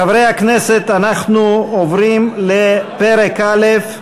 חברי הכנסת, אנחנו עוברים לפרק א':